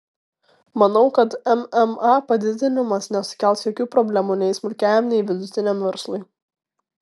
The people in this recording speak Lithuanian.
manau kad mma padidinimas nesukels jokių problemų nei smulkiajam nei vidutiniam verslui